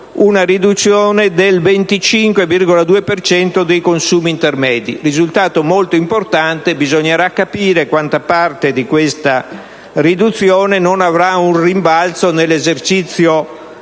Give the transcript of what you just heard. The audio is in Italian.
una riduzione del 25,2 per cento dei consumi intermedi, risultato molto importante, ma bisognerà capire quanta parte di questa riduzione avrà un rimbalzo nell'esercizio